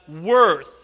worth